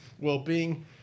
well-being